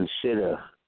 consider